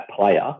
player